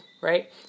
right